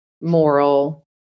moral